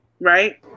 right